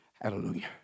Hallelujah